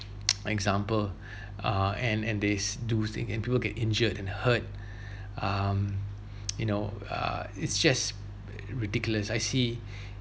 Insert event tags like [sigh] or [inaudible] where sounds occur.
[noise] example [breath] uh and and they do thing and people get injured and hurt [breath] um [breath] [noise] you know uh it's just ridiculous I see [breath]